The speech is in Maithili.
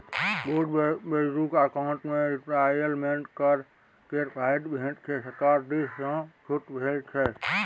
बुढ़ बुजुर्ग अकाउंट मे रिटायरमेंट केर फायदा भेटै छै सरकार दिस सँ छुट भेटै छै